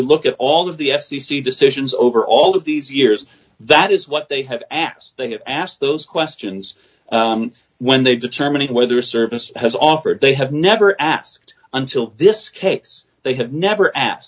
look at all of the f c c decisions over all of these years that is what they have asked they have asked those questions when they determine whether a service has offered they have never asked until this case they have never asked